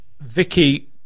Vicky